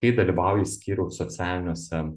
kai dalyvauji skyriaus socialiniuose